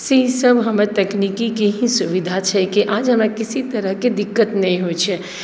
से सभ हमर तकनीकीके ही सुविधा छै कि आज हमरा किसी तरहके दिक्कत नहि होइत छै